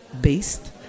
based